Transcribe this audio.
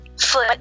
foot